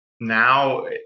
now